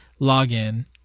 login